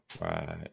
Right